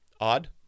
odd